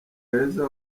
heza